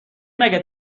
مگه